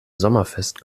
sommerfest